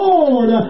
Lord